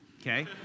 okay